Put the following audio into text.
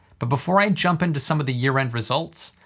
but before i jump into some of the year-end results,